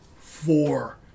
four